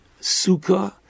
sukkah